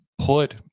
put